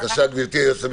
בבקשה גברתי היועצת המשפטית.